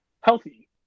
healthy